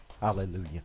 Hallelujah